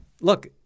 look